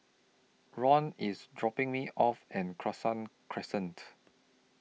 Roel IS dropping Me off and Cassia Crescent